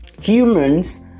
humans